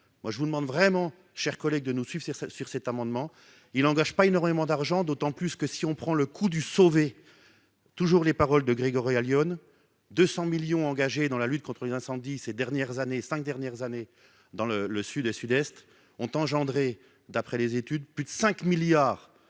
je vous demande vraiment cher collègue de nous suivre sur cet amendement, il engage pas énormément d'argent, d'autant plus que si on prend le coût du sauver toujours les paroles de Grégory Allione 200 millions engagés dans la lutte contre les incendies ces dernières années, 5 dernières années dans le le Sud et Sud-Est ont engendré d'après les études, plus de 5 milliards